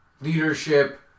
leadership